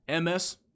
MS